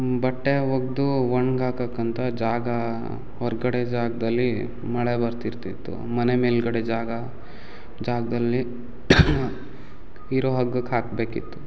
ಬಟ್ಟೆ ಒಗ್ದು ಒಣ್ಗಾಕೋ ಅಂತ ಜಾಗ ಹೊರಗಡೆ ಜಾಗದಲ್ಲಿ ಮಳೆ ಬರ್ತಿರ್ತಿತ್ತು ಮನೆ ಮೇಲ್ಗಡೆ ಜಾಗ ಜಾಗದಲ್ಲಿ ಇರೋ ಹಗ್ಗಕ್ಕೆ ಹಾಕಬೇಕಿತ್ತು